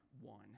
one